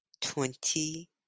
twenty